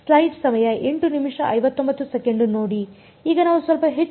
ಈಗ ನಾವು ಸ್ವಲ್ಪ ಹೆಚ್ಚು ನೋಡೋಣ